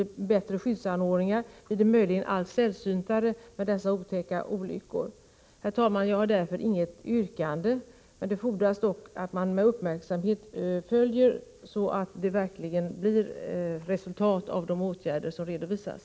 Med bättre skyddsanordningar blir det förhoppningsvis allt sällsyntare med otäcka olyckor av det slag jag pekat på. Jag har inget yrkande, men jag vill framhålla att det är nödvändigt att man med uppmärksamhet följer denna fråga, så att det verkligen blir resultat av de åtgärder som vidtas.